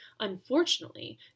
Unfortunately